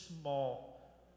small